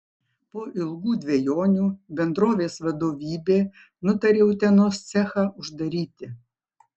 po ilgų dvejonių bendrovės vadovybė nutarė utenos cechą uždaryti